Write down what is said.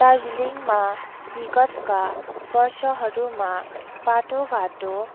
दार्जिलिङमा विगतका वर्षहरूमा बाटोघाटो